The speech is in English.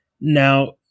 Now